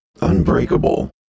unbreakable